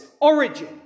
Origin